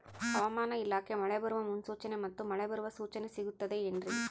ಹವಮಾನ ಇಲಾಖೆ ಮಳೆ ಬರುವ ಮುನ್ಸೂಚನೆ ಮತ್ತು ಮಳೆ ಬರುವ ಸೂಚನೆ ಸಿಗುತ್ತದೆ ಏನ್ರಿ?